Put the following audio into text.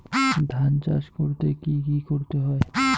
ধান চাষ করতে কি কি করতে হয়?